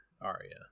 Arya